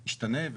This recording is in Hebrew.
ישתנה.